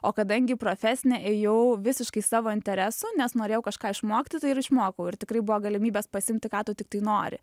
o kadangi profesinę ėjau visiškai savo interesu nes norėjau kažką išmokti tai ir išmokau ir tikrai buvo galimybės pasiimti ką tu tiktai nori